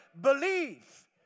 believe